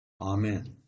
Amen